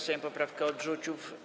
Sejm poprawkę odrzucił.